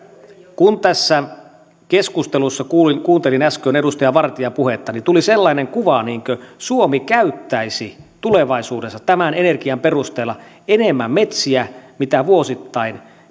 kun tässä keskustelussa kuuntelin kuuntelin äsken edustaja vartian puhetta tuli sellainen kuva niin kuin suomi käyttäisi tulevaisuudessa tämän energian perusteella enemmän metsiä kuin vuosittain